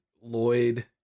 Lloyd